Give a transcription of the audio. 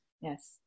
Yes